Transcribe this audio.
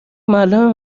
معلم